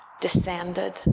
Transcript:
descended